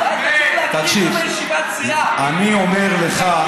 אני אומר לך,